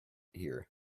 here